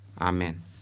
amen